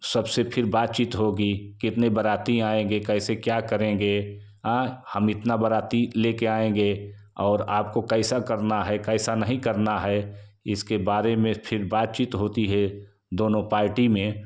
सबसे फिर बातचीत होगी कितने बाराती आएँगे कैसे क्या करेंगे आँय हम इतना बाराती लेकर आएँगे और आपको कैसा करना है कैसा नहीं करना है इसके बारे में फिर बातचीत होती है दोनों पार्टी में